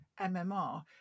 MMR